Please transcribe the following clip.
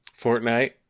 Fortnite